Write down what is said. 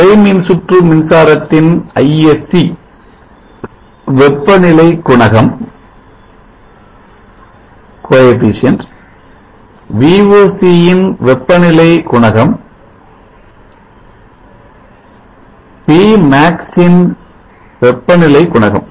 குறை மின்சுற்று மின்சாரத்தின் Isc வெப்பநிலை குணகம் VOC இன் வெப்பநிலை குணகம் Pmax இன் வெப்பநிலை குணகம்